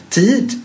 tid